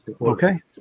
Okay